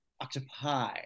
Octopi